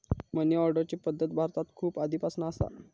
मनी ऑर्डरची पद्धत भारतात खूप आधीपासना असा